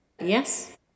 Yes